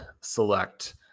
select